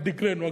על דגלנו.